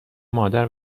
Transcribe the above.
مادر